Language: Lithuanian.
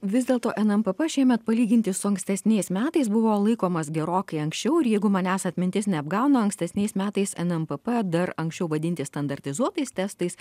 vis dėlto nmpp šiemet palyginti su ankstesniais metais buvo laikomas gerokai anksčiau ir jeigu manęs atmintis neapgauna ankstesniais metais nmpp dar anksčiau vadinti standartizuotais testais